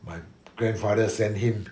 my grandfather send him